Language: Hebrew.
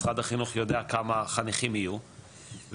משרד החינוך יודע כמה חניכים יהיו,